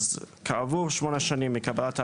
כעבור שמונה שנים מקבלת ההחלטה,